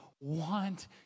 want